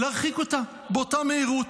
להרחיק אותה באותה מהירות,